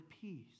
peace